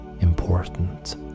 important